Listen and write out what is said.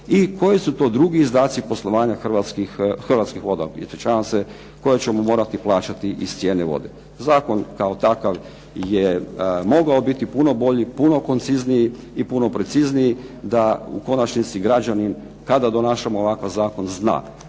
i koji su to drugi izdaci poslovanja Hrvatskih voda, ispričavam se, koje ćemo morati plaćati iz cijene vode. Zakon kao takav je mogao biti puno bolji, puno koncizniji i puno precizniji, da u konačnici građanin kada donašamo ovakav zakon zna